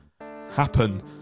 happen